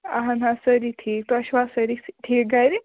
اَہن حظ سٲری ٹھیٖک تُہۍ چھِوا سٲری ٹھیٖک گَرِ